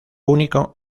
único